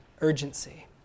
urgency